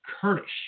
Kurdish